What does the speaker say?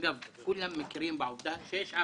אגב, כולם מכירים בעובדה שיש עוול.